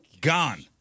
Gone